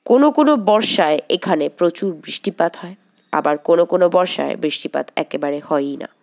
কোনও কোনও বর্ষায় এখানে প্রচুর বৃষ্টিপাত হয় আবার কোনও কোনও বর্ষায় বৃষ্টিপাত একেবারে হয়ই না